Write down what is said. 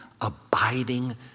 abiding